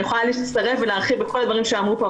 אני יכולה להצטרף ולהרחיב על כל הדברים שאמרו פה,